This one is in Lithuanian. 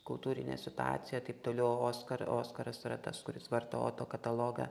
kultūrinė situaciją taip toliau o oskar oskaras yra tas kuris varto oto katalogą